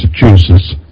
Massachusetts